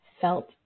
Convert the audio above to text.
felt